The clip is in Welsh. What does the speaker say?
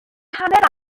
hanner